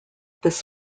this